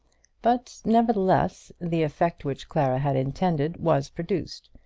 but, nevertheless, the effect which clara had intended was produced,